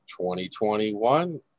2021